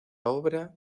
obra